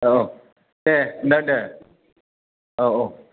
औ दे नोंथां दे औ औ